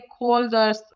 stakeholders